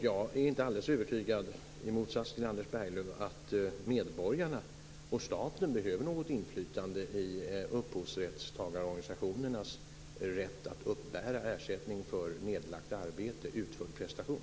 Jag är i motsats till Anders Berglöv inte alldeles övertygad om att medborgarna och staten behöver något inflytande i upphovsrättstagarorganisationernas rätt att uppbära ersättning för utförd prestation.